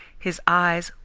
his eyes,